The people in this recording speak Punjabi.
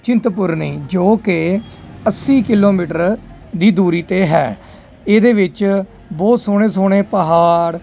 ਚਿੰਤਪੁਰਨੀ ਜੋ ਕਿ ਅੱਸੀ ਕਿਲੋਮੀਟਰ ਦੀ ਦੂਰੀ 'ਤੇ ਹੈ ਇਹਦੇ ਵਿੱਚ ਬਹੁਤ ਸੋਹਣੇ ਸੋਹਣੇ ਪਹਾੜ